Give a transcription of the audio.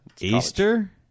Easter